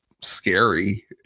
scary